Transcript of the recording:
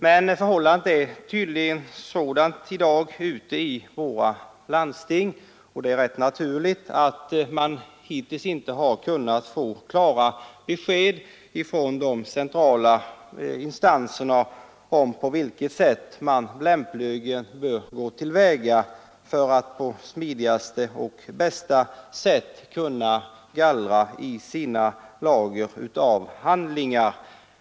Men förhållandet är tydligen sådant i dag ute i våra landsting — och det är rätt naturligt — att man hittills inte har kunnat få klara besked från de centrala instanserna om på vilket sätt landstingen lämpligen bör gå till väga för att på smidigaste och bästa sätt kunna gallra i sina lager av handlingar.